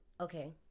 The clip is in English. okay